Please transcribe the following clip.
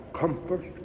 comfort